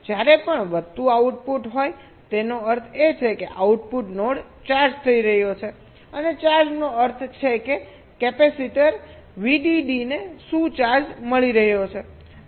તેથી જ્યારે પણ વધતું આઉટપુટ હોયતેનો અર્થ એ છે કે આઉટપુટ નોડ ચાર્જ થઈ રહ્યો છે ચાર્જનો અર્થ છે કે કેપેસિટર VDD ને શુ ચાર્જ મળી રહ્યો છે